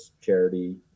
charity